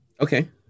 Okay